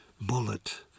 Bullet